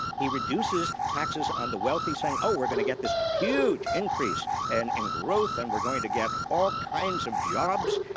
he reduces taxes on the wealthy, saying, oh, we're going to get this huge increase and in growth, and we're going to get all kinds of jobs,